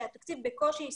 כיוון שהתקציב בקושי הספיק,